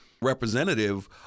representative